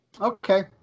Okay